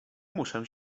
muszę